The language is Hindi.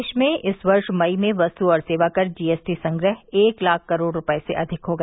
देश में इस वर्ष मई में वस्त् और सेवाकर जीएसटी संग्रह एक लाख करोड़ रुपये से अधिक हो गया